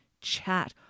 chat